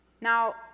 Now